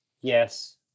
yes